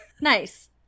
Nice